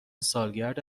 سالگرد